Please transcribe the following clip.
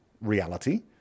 reality